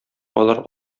алар